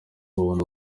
babona